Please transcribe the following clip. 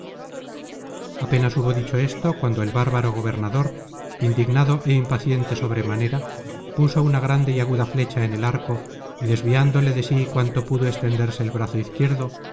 apenas hubo dicho esto cuando el bárbaro gobernador indignado é impaciente sobremanera puso una grande y aguda flecha en el arco y desviándole de sí cuanto pudo extenderse el brazo izquierdo